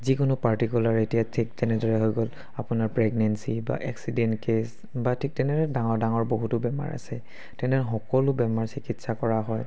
যিকোনো পাৰ্টিকুলাৰ এতিয়া ঠিক তেনেদৰে হৈ গ'ল আপোনাৰ প্ৰেগনেঞ্চি বা এক্সিডেণ্ট কে'ছ বা ঠিক তেনেদৰে ডাঙৰ ডাঙৰ বহুতো বেমাৰ আছে তেনে সকলো বেমাৰ চিকিৎসা কৰা হয়